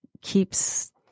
keeps